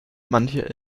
manche